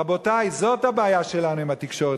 רבותי, זאת הבעיה שלנו עם התקשורת.